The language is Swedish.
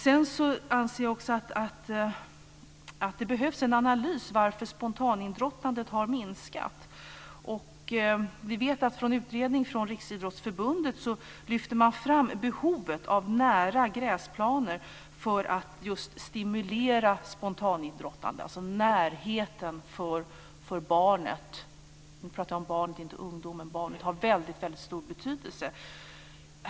Sedan anser jag att det behövs en analys av varför spontanidrottandet har minskat. Vi vet att Riksidrottsförbundet i en utredning lyfter fram behovet av nära gräsplaner för att stimulera spontanidrottande. Närheten för barnet - nu pratar jag om barn och inte ungdomar - har väldigt stor betydelse.